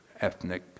ethnic